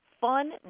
fun